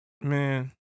Man